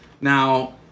Now